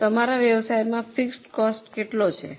હવે તમારા વ્યવસાયના ફિક્સડ કોસ્ટ કેટલો છે